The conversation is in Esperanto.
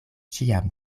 ĉiam